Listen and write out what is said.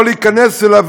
לא להיכנס אליו,